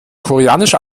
koreanische